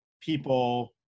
people